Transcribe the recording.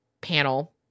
panel